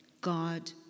God